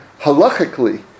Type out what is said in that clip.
halachically